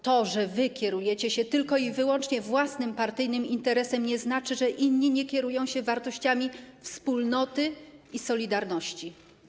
To, że wy kierujecie się tylko i wyłącznie własnym partyjnym interesem, nie znaczy, że inni nie kierują się wartościami wspólnoty i solidarności.